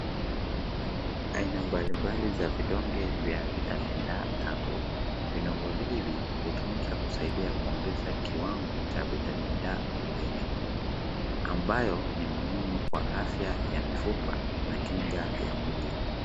Aina mbalimbali za vidonge vya vitamini da tatu, hutumika kusaidia kuongeza kiwango cha vitamini da mwilini. Ambayo ni muhimu kwa afya ya mifupa na kinga ya mwilini.